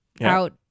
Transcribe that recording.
out